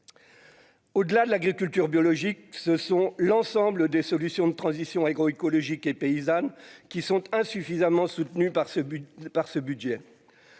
Au-delà de l'agriculture biologique, ce sont l'ensemble des solutions de transition agroécologique et paysanne qui sont insuffisamment soutenues par ce but